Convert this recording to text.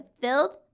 filled